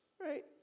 Right